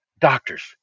Doctors